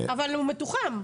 אבל הוא מתוחם.